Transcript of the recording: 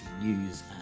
news